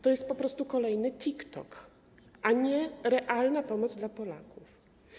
To jest po prostu kolejny TikTok, a nie realny pomysł dla Polaków.